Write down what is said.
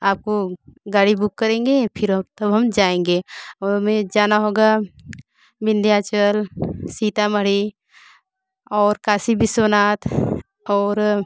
आपको गाड़ी बुक करेंगे फिर तब हम जाएंगे और हमें जाना होगा विन्ध्याचल सीतामढ़ी और काशी विश्वनाथ और